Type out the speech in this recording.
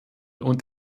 und